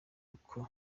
uko